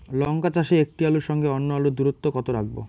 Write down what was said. লঙ্কা চাষে একটি আলুর সঙ্গে অন্য আলুর দূরত্ব কত রাখবো?